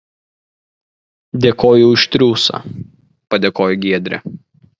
dėkoju už triūsą padėkojo giedrė